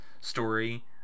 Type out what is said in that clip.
story